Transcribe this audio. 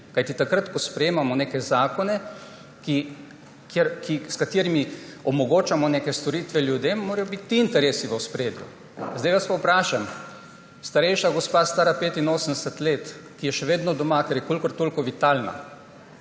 ljudi. Ko sprejemamo neke zakone, s katerimi omogočamo neke storitve ljudem, morajo biti ti interesi v ospredju. Sedaj vas pa vprašam, starejša gospa, stara 85 let, ki je še vedno doma, ki je kolikor toliko vitalna,